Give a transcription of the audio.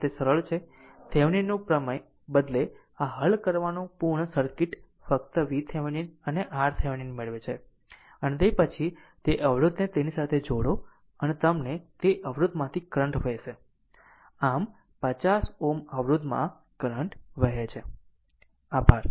આમ તે સરળ છે થેવિનિનનું પ્રમેય બદલે આ હલ કરવાનું પૂર્ણ સર્કિટ ફક્તVThevenin અને RThevenin મેળવે છે અને તે પછી તે અવરોધને તેની સાથે જોડો અને તમને તે અવરોધમાંથી કરંટ વહશે આમ 50 Ω અવરોધ માં કરંટ વહે છે